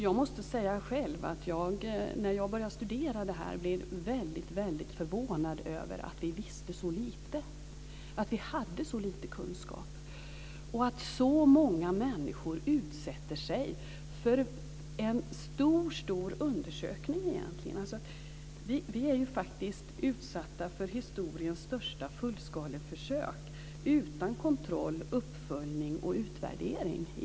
Jag måste säga att när jag började studera detta blev jag väldigt förvånad över att vi visste så lite, att vi hade så lite kunskap och att så många människor utsätter sig för vad som egentligen är en stor undersökning. Vi är faktiskt utsatta för historiens största fullskaleförsök - utan kontroll, uppföljning och utvärdering.